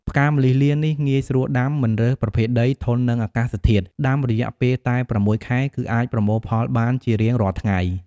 ផ្កាម្លិះលានេះ ងាយ ស្រួលដាំ មិនរើសប្រភេទដី ធន់នឹងអាកាសធាតុ ដាំរយៈពេលតែ៦ខែ គឺអាចប្រមូលផលបានជារៀងរាល់ថ្ងៃ ។